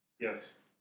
yes